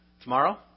Tomorrow